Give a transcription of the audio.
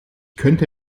könnte